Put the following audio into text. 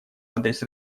адрес